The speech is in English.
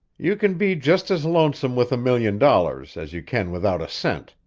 you can be just as lonesome with a million dollars as you can without a cent,